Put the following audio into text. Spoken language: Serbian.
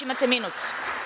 Imate minut.